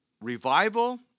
revival